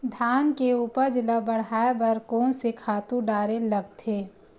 धान के उपज ल बढ़ाये बर कोन से खातु डारेल लगथे?